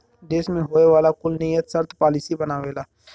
देस मे होए वाला कुल नियम सर्त पॉलिसी बनावेला